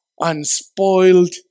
unspoiled